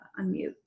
unmute